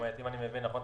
אם אני מבין נכון,